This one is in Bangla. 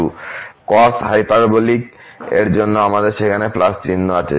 cos হাইপারবোলিক এর জন্য আমাদের সেখানে চিহ্ন আছে